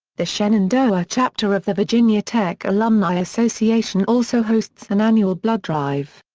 the shenandoah chapter of the virginia tech alumni association also hosts an annual blood drive.